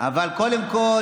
אבל קודם כול,